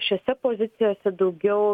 šiose pozicijose daugiau